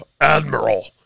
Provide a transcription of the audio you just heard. Admiral